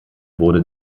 wurde